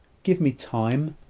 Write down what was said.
give me time.